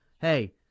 hey